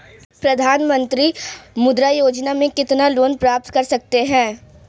प्रधानमंत्री मुद्रा योजना में कितना लोंन प्राप्त कर सकते हैं?